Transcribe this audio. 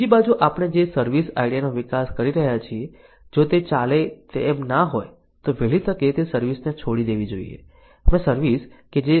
બીજી બાજુ આપણે જે સર્વીસ આઇડિયા નો વિકાસ કરી રહ્યા છીએ જો તે ચાલે એમ ના હોય તો વહેલી તકે તે સર્વિસ ને છોડી દેવી જોઈએ